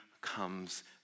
comes